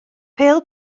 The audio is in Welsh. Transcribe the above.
pêl